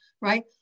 right